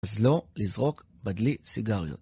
אז לא לזרוק בדלי סיגריות.